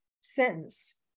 sentence